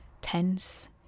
tense